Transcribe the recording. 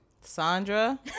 Sandra